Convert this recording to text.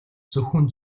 зөвхөн